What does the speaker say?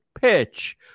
pitch